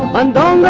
um and um ah